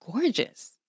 gorgeous